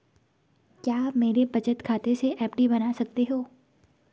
क्या आप मेरे बचत खाते से एफ.डी बना सकते हो?